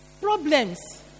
problems